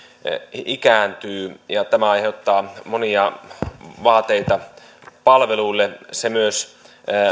ikääntyy ja tämä aiheuttaa monia vaateita palveluille se myös